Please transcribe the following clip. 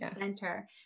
center